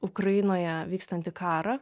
ukrainoje vykstantį karą